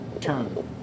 turn